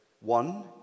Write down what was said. one